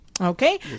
okay